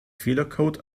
fehlercode